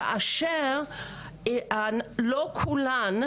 כאשר לא כולן,